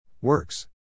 works